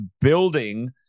building